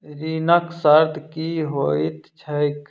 ऋणक शर्त की होइत छैक?